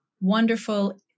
wonderful